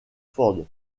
ford